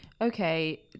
okay